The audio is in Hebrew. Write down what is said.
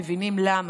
מבינים למה.